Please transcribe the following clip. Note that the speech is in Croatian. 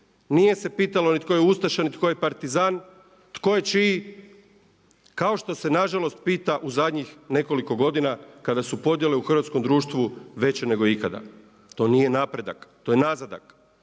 Nije se pitalo ni tko je ustaša, ni tko je partizan, tko je čiji kao što se nažalost pita u zadnjih nekoliko godina kada su podjele u hrvatskom društvu veće nego ikada. To nije napredak, to je nazadak.